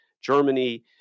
Germany